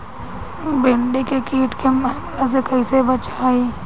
भींडी के कीट के हमला से कइसे बचाई?